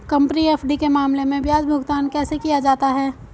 Company FD के मामले में ब्याज भुगतान कैसे किया जाता है?